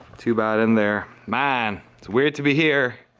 too bad in there. man, it's weird to be here.